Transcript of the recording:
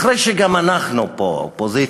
שאחרי שגם אנחנו האופוזיציה